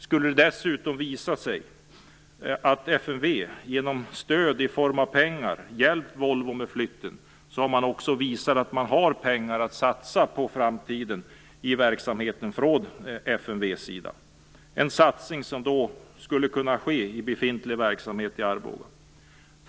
Om det dessutom skulle visa sig att FMV genom stöd i form av pengar hjälpt Volvo med flytten har man också visat att man från FMV:s sida har pengar att satsa på framtiden i verksamheten, en satsning som då skulle kunna ske i befintlig verksamhet i Arboga.